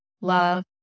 love